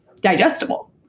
digestible